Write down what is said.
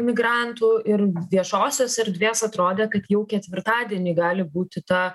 migrantų ir viešosios erdvės atrodė kad jau ketvirtadienį gali būti ta